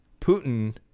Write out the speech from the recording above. Putin